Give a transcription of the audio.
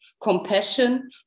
compassion